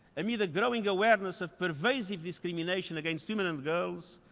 i mean like growing awareness of pervasive discrimination against women and girls,